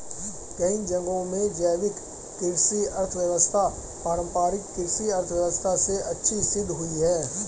कई जगहों में जैविक कृषि अर्थव्यवस्था पारम्परिक कृषि अर्थव्यवस्था से अच्छी सिद्ध हुई है